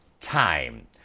time